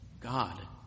God